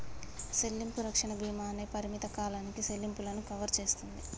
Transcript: సెల్లింపు రక్షణ భీమా అనేది పరిమిత కాలానికి సెల్లింపులను కవర్ సేస్తుంది